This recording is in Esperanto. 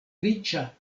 riĉa